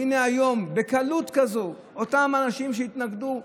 והינה, היום בקלות כזאת אותם אנשים שהתנגדו ואמרו: